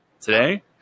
Today